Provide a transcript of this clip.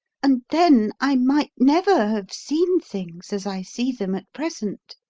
and then i might never have seen things as i see them at present.